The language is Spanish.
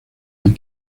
del